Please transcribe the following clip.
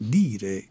dire